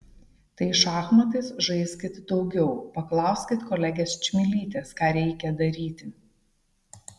tai šachmatais žaiskit daugiau paklauskit kolegės čmilytės ką reikia daryti